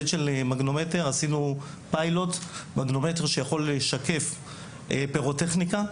עשינו פיילוט שיכול לשקף פירוטכניקה.